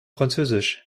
französisch